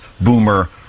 boomer